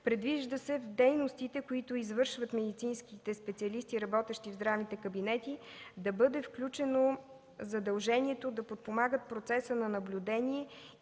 Предвижда се в дейностите, които извършват медицинските специалисти, работещи в здравните кабинети, да бъде включено задължението да подпомагат процеса на наблюдение